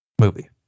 movie